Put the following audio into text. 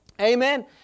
amen